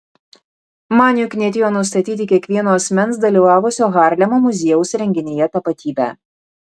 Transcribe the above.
maniui knietėjo nustatyti kiekvieno asmens dalyvavusio harlemo muziejaus renginyje tapatybę